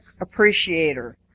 appreciator